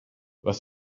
was